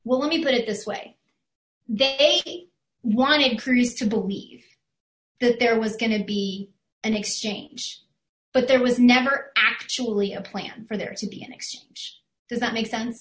well let me put it this way they wanted trees to believe that there was going to be an exchange but there was never actually a plan for there to be an exchange does that make sense